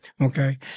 Okay